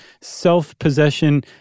self-possession